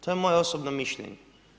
To je moje osobno mišljenje.